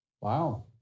Wow